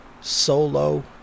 solo